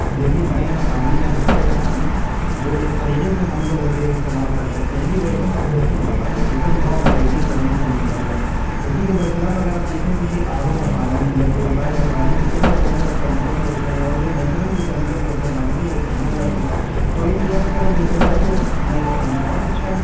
دیکھیے نل کا پانی یا ہتے کا پانی وہ اس طریقے سے ہم لوگ اسے استعمال کر سکتے ہیں کہ وہ ایک دم قدرتی ہوتا ہے ایک دم را مٹیریل زمین سے نکلا ہوا اسی کے برخلاف اگر آپ دیکھیں گے کہ آر او کا پانی یا پیوریفایر کا پانی اس کے اندر بہت سارے کیمیکلس ہوتے ہیں اور جو نیچرل جو کیمیکلس ہوتے ہیں پانی کے وہ اس سے مر جاتے ہیں تو اس لحاظ سے اگر دیکھا جائے تو نل کا پانی بہت اچھا ہے